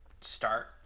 start